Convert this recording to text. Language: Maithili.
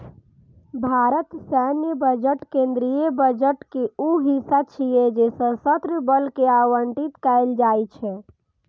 भारतक सैन्य बजट केंद्रीय बजट के ऊ हिस्सा छियै जे सशस्त्र बल कें आवंटित कैल जाइ छै